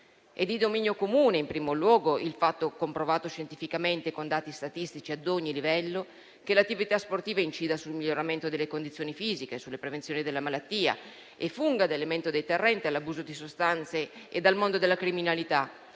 È di dominio comune, in primo luogo, il fatto - comprovato scientificamente con dati statistici ad ogni livello - che l'attività sportiva incide sul miglioramento delle condizioni fisiche, sulla prevenzione della malattia e funge da elemento deterrente contro l'abuso di sostanze e il mondo della criminalità,